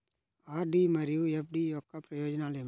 RD మరియు FD యొక్క ప్రయోజనాలు ఏమిటి?